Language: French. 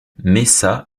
mesa